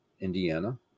Indiana